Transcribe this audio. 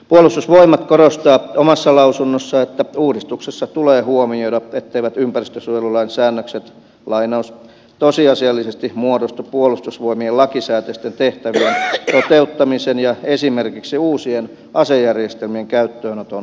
puolustusvoimat korostaa omassa lausunnossaan että uudistuksessa tulee huomioida etteivät ympäristönsuojelulain säännökset tosiasiallisesti muodostu puolustusvoimien lakisääteisten tehtävien toteuttamisen ja esimerkiksi uusien asejärjestelmien käyttöönoton esteeksi